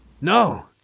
No